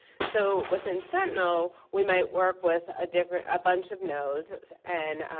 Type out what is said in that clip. so within sentinel we might work with a different ah bunch of nodes and